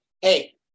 hey